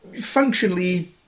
functionally